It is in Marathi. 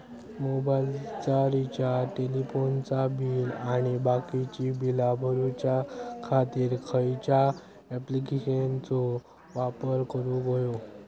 मोबाईलाचा रिचार्ज टेलिफोनाचा बिल आणि बाकीची बिला भरूच्या खातीर खयच्या ॲप्लिकेशनाचो वापर करूक होयो?